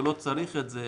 ולא צריך את זה,